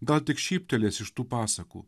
gal tik šyptelės iš tų pasakų